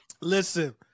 listen